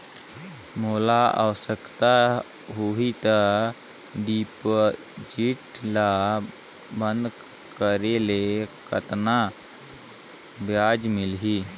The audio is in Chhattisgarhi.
मोला आवश्यकता होही त डिपॉजिट ल बंद करे ले कतना ब्याज मिलही?